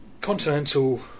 continental